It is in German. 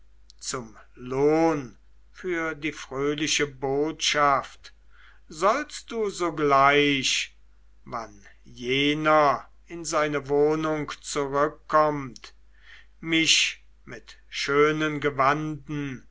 zum lohn für die fröhliche botschaft sollst du sogleich wann jener in seine wohnung zurückkommt mich mit schönen